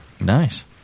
Nice